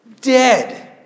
Dead